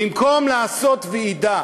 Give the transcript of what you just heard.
במקום לעשות ועידה